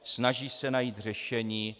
Snaží se najít řešení.